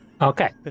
Okay